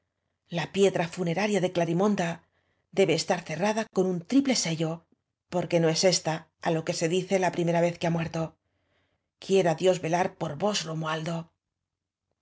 la piedra funeraria de clarimonda debe estar cerrada con un triple se llo porque no es ésta á lo que se dice la prime ra vez que ha muerto quiera dios velar por vos romualdo